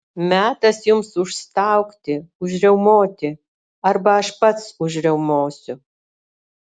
metas jums užstaugti užriaumoti arba aš pats užriaumosiu